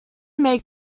may